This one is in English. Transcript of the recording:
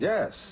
Yes